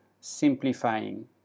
simplifying